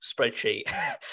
spreadsheet